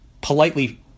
politely